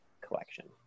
collection